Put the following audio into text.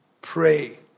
pray